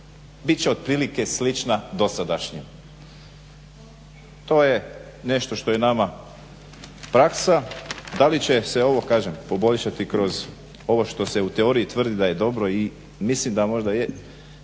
bit će otprilike slična dosadašnjim. To je nešto što je nama praksa. Da li će se ovo kažem poboljšati kroz ovo što se u teoriji tvrdi da je dobro i mislim da možda je,